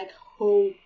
hope